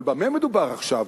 אבל במה מדובר עכשיו?